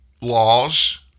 laws